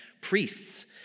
priests